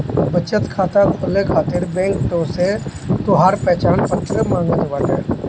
बचत खाता खोले खातिर बैंक तोहसे तोहार पहचान पत्र मांगत बाटे